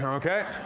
um okay?